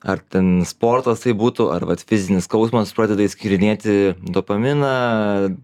ar ten sportas tai būtų ar vat fizinis skausmas pradeda išskyrinėti dopaminą